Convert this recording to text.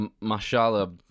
Mashallah